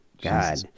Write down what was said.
God